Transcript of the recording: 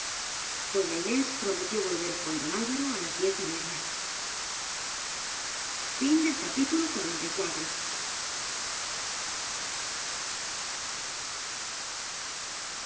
doña inés prometió volver con don alvaro á las diez y media